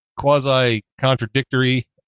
quasi-contradictory